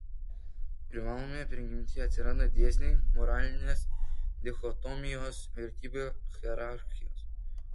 privalomoje prigimtyje atsiranda dėsniai moralinės dichotomijos vertybių hierarchijos